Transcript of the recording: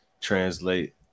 translate